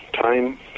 time